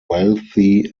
wealthy